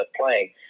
playing